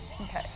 okay